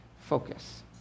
focus